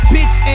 Bitch